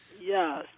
yes